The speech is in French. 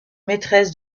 maîtresse